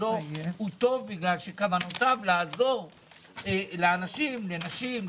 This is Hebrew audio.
שביסודו הוא טוב כי כוונותיו לעזור לאנשים, לנשים.